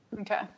Okay